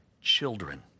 children